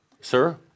Sir